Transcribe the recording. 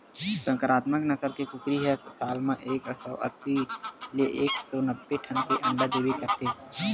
संकरामक नसल के कुकरी ह साल म एक सौ अस्सी ले एक सौ नब्बे ठन अंडा देबे करथे